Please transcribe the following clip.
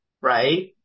right